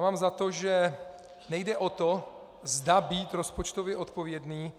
Mám za to, že nejde o to, zda být rozpočtově odpovědný,